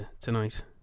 tonight